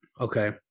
Okay